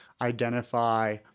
identify